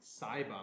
Cyber